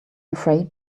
afraid